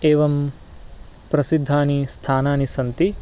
एवं प्रसिद्धानि स्थानानि सन्ति